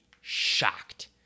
shocked